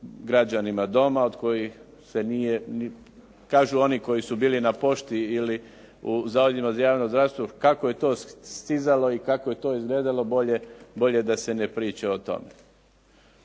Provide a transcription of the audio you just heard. građanima doma, od kojih se nije. Kažu oni koji su bili na pošti ili u zavodima za javno zdravstvo kako je to stizalo i kako je to izgledalo bolje da se ne priča o tome.